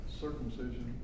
circumcision